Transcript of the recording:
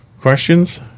Questions